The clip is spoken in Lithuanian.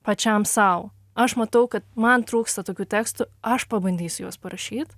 pačiam sau aš matau kad man trūksta tokių tekstų aš pabandysiu juos parašyti